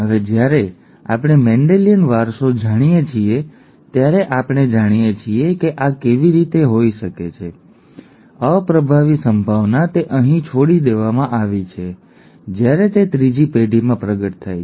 હવે જ્યારે આપણે મેન્ડેલિયન વારસો જાણીએ છીએ ત્યારે આપણે જાણીએ છીએ કે આ કેવી રીતે થઈ શકે છે અપ્રભાવી સંભાવના તે અહીં છોડી દેવામાં આવી છે જ્યારે તે ત્રીજી પેઢીમાં પ્રગટ થાય છે